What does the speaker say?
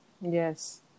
yes